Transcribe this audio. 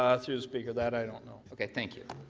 ah through speaker, that i don't know. okay. thank you.